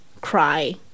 cry